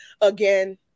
Again